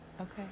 Okay